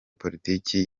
politiki